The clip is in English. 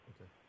Okay